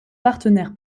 partenaire